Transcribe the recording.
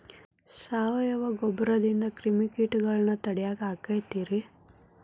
ಸಾವಯವ ಗೊಬ್ಬರದಿಂದ ಕ್ರಿಮಿಕೇಟಗೊಳ್ನ ತಡಿಯಾಕ ಆಕ್ಕೆತಿ ರೇ?